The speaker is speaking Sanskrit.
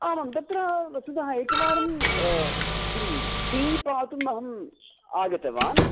आमां तत्र वस्तुतः एकवारं किं टी पातुम् अहम् आगतवान्